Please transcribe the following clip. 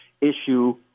issue